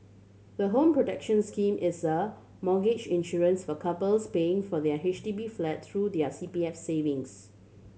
the Home Protection Scheme is a mortgage insurance for couples paying for their H D B flat through their C P F savings